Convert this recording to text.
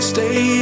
Stay